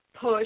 push